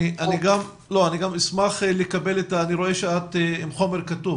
אני רואה שאת עם חומר כתוב,